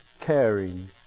caring